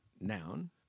Noun